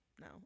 No